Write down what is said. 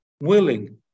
willing